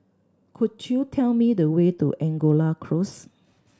could you tell me the way to Angora Close